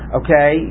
okay